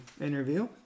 interview